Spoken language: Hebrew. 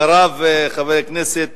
אחריו, חבר הכנסת